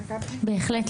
בהחלט.